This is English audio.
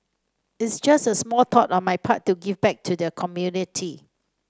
it's just a small thought on my part to give back to the community